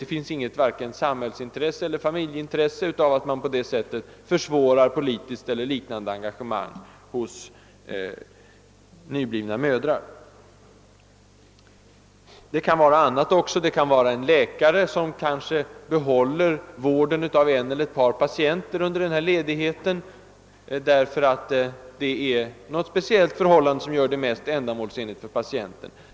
Det finns varken något samhällsintresse eller något familjeintresse av att på det sättet försvåra politiskt eller liknande engagemang hos nyblivna mödrar. Det kan också finnas andra liknande fall. Det kan vara en läkare som behåller vården av en eller ett par patienter under ledigheten, därför att något speciellt förhållande gör det mest ändamålsenligt för patienterna.